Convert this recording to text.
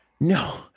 no